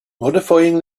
modifying